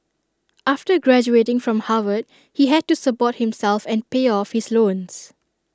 after graduating from Harvard he had to support himself and pay off his loans